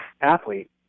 athlete